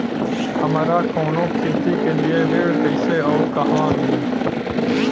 हमरा कवनो खेती के लिये ऋण कइसे अउर कहवा मिली?